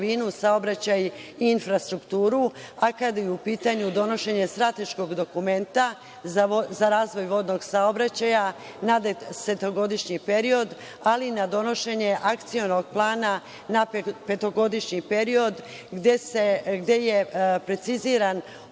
saobraćaj i infrastrukturu kada je u pitanju donošenje strateškog dokumenta za razvoj vodnog saobraćaja na desetogodišnji period, ali i na donošenje akcionog plana na petogodišnji period gde je precizirano